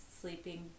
sleeping